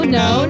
no